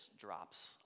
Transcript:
drops